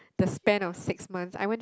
the span of six months I went